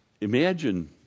imagine